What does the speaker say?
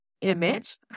image